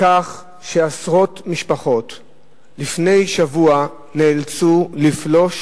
בכך שעשרות משפחות נאלצו, לפני שבוע, לפלוש